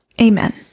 Amen